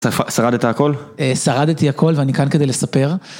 שרדת הכל? שרדתי הכל ואני כאן כדי לספר.